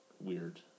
weird